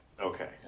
Okay